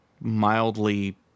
mildly